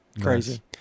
Crazy